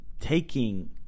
taking